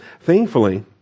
thankfully